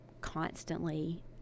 constantly